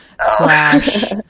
slash